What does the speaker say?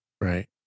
right